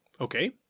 Okay